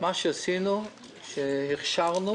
מה שעשינו, הכשרנו